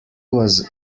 was